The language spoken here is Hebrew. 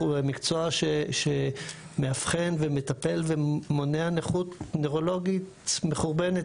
מקצוע שמאבחן ומטפל ומונע נכות נוירולוגית מחורבנת,